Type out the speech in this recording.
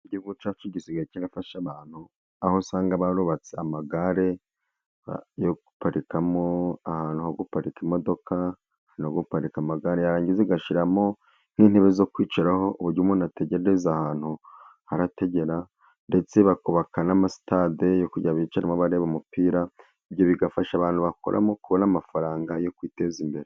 Ikigo cyacu gisigaye gifasha abantu, aho usanga barubatse amagare yo guparikamo, ahantu ho guparika imodoka, noguparika amagare yarangiza igashimo nk'intebe zo kwicaraho uburyo umuntu ategereza ahantu arategera, ndetse bakubaka n'amasitade yo kujya bicara bari kureba umupira, ibyo bigafasha abantu bakoramo kubona amafaranga yo kwiteza imbere.